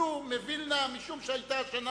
עלו מווילנה, משום שהשנה